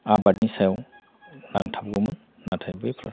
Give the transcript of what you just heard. आबादनि सायाव नांथाबगौमोन नाथाय बैफोर